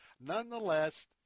nonetheless